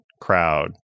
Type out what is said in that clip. crowd